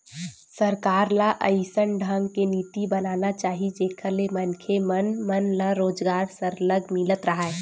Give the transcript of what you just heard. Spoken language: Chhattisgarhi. सरकार ल अइसन ढंग के नीति बनाना चाही जेखर ले मनखे मन मन ल रोजगार सरलग मिलत राहय